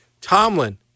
Tomlin